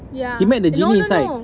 ya eh no no no